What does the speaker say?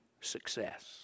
success